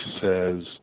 says